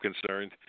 concerned